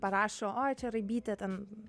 parašo oi čia raibytė ten